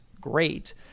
great